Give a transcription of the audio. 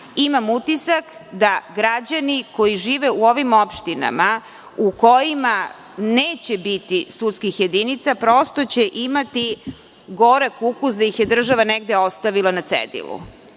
Imam utisak da će građani koji žive u ovim opštinama u kojima neće biti sudskih jedinica imati gorak ukus da ih je država negde ostavila na cedilu. Bilo